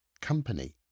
company